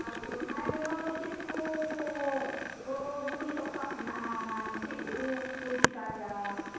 ᱟᱨ ᱥᱚᱨᱦᱟᱭ ᱨᱮᱫᱚ ᱪᱤᱫᱠᱚ ᱨᱩ ᱥᱟᱯᱟᱵ ᱦᱮᱱᱟᱜᱼᱟ ᱪᱮᱫᱠᱚᱠᱚ ᱪᱮᱠᱟᱭᱟ